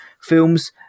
films